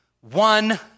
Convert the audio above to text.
one